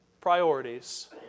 priorities